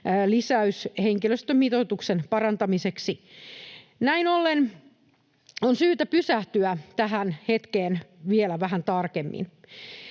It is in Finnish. lisäys henkilöstömitoituksen parantamiseksi. Näin ollen on syytä pysähtyä tähän hetkeen vielä vähän tarkemmin: